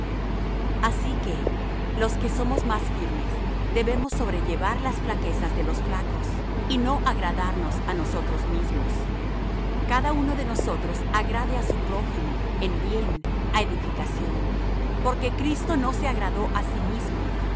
asi que los que somos más firmes debemos sobrellevar las flaquezas de los flacos y no agradarnos á nosotros mismos cada uno de nosotros agrade á su prójimo en bien á edificación porque cristo no se agradó á sí mismo